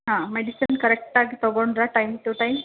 ಹಾಂ ಮೆಡಿಸನ್ ಕರೆಕ್ಟಾಗಿ ತೊಗೊಂಡ್ರಾ ಟೈಮ್ ಟು ಟೈಮ್